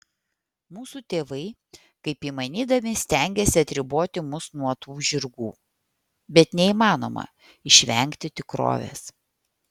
mūsų tėvai kaip įmanydami stengėsi atriboti mus nuo tų žirgų bet neįmanoma išvengti tikrovės